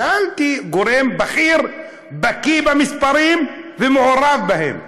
שאלתי גורם בכיר, בקי במספרים ומעורב בהם.